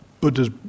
Buddha's